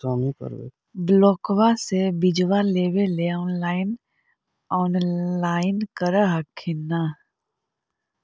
ब्लोक्बा से बिजबा लेबेले ऑनलाइन ऑनलाईन कर हखिन न?